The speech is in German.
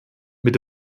mit